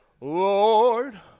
Lord